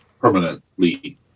permanently